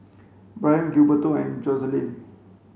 Brien Gilberto and Joselin